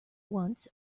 once